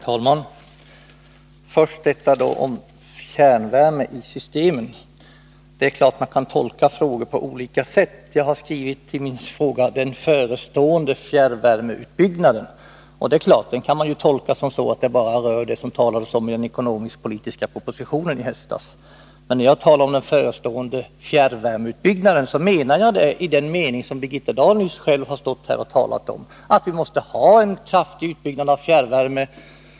Herr talman! Först detta om kärnvärme i fjärrvärmesystemen. Jag har i min fråga skrivit ”den utbyggnad av fjärrvärmesystemen som nu förestår”. Och det är klart att man kan tolka detta så att det rör bara det som det talas om i den ekonomisk-politiska propositionen i höstas. Men med den förestående fjärrvärmeutbyggnaden menar jag det som Birgitta Dahl nyss själv har stått och talat om, att vi måste ha en kraftig utbyggnad av fjärrvärme.